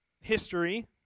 history